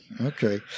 okay